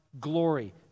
glory